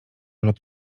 lot